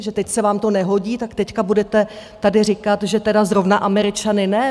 Že teď se vám to nehodí, tak teď budete tady říkat, že tedy zrovna Američany ne?